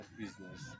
business